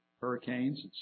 hurricanes